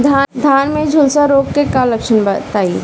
धान में झुलसा रोग क लक्षण बताई?